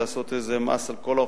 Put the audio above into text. לעשות איזה מס על כל האוכלוסייה,